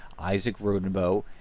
isaac rodenboh,